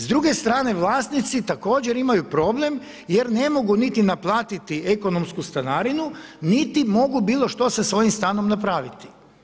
S druge strane vlasnici također imaju problem jer ne mogu niti naplatiti ekonomsku stanarinu, niti mogu bilo što sa svojim stanom napraviti.